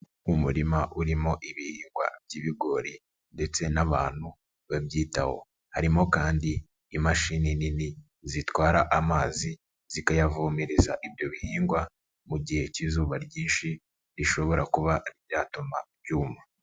Umurima urimo ibihingwa by'ibigori ndetse n'abantu babyitaho harimo kandi imashini nini zitwara amazi, zikayavomereza ibyo bihingwa mu gihe k'izuba ryinshi rishobora kuba ryatuma byuma.